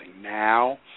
now